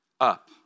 up